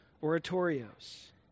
oratorios